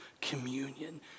communion